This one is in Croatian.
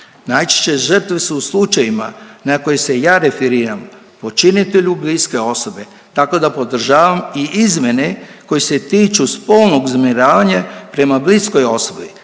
Najčešće žrtve su, u slučajevima na koje se ja referiram, počinitelju bliske osobe, tako da podržavam i izmjene koje se tiču spolnog uznemiravanja prema bliskoj osobi.